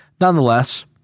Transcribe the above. Nonetheless